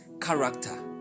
character